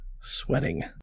Sweating